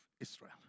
Israel